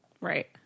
Right